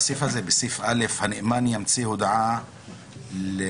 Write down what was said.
אנחנו ניגשים להוספה של התקנות,